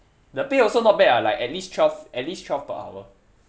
the pay also not bad ah like at least twelve at least twelve per hour